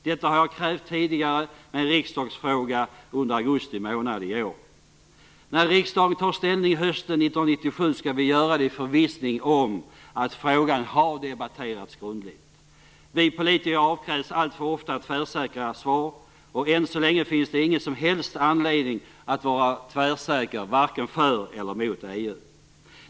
Detta har jag krävt tidigare i en riksdagsfråga i augusti i år. När vi i riksdagen tar ställning hösten 1997 skall vi göra det i förvissning om att frågan har debatterats grundligt. Vi politiker avkrävs alltför ofta tvärsäkra svar. Än så länge finns det ingen som helst anledning att tvärsäkert vara vare sig för eller mot EMU.